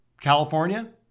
california